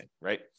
right